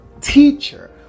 teacher